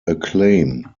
acclaim